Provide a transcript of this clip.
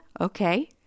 Okay